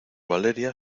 valeria